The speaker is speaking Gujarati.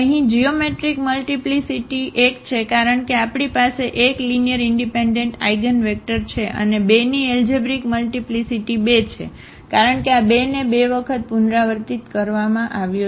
તેથી અહીં જીઓમેટ્રિક મલ્ટીપ્લીસીટી 1 છે કારણ કે આપણી પાસે 1 લીનીઅરઇનડિપેન્ડન્ટ આઇગનવેક્ટર છે અને 2 ની એલજેબ્રિક મલ્ટીપ્લીસીટી 2 છે કારણ કે આ 2 ને 2 વખત પુનરાવર્તિત કરવામાં આવ્યો છે